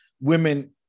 women